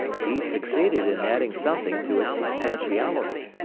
he succeeded in adding something to its substantiality.